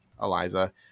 Eliza